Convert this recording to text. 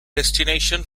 destination